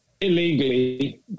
illegally